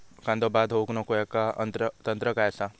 कांदो बाद होऊक नको ह्याका तंत्र काय असा?